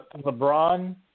LeBron